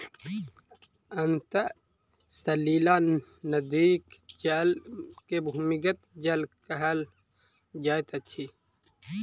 अंतः सलीला नदीक जल के भूमिगत जल कहल जाइत अछि